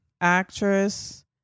actress